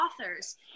authors